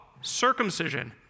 circumcision